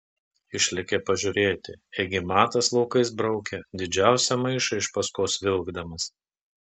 išlėkė pažiūrėti ėgi matas laukais braukė didžiausią maišą iš paskos vilkdamas